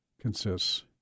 consists